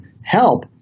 help